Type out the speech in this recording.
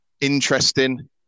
interesting